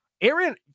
Aaron